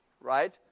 right